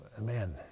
man